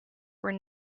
were